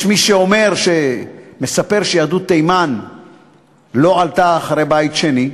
יש מישהו שמספר שיהדות תימן לא עלתה לבית שני,